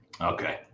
Okay